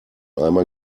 einmal